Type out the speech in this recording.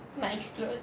might explode